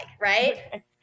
right